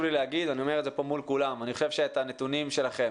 ואני אומר את זה כאן מול כולם שאני חושב שאת הנתונים שלכם